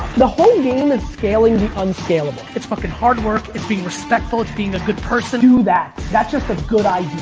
the whole game is scaling the unscalable. it's fucking hard work, it's being respectful, it's being a good person. do that, that's just a good idea.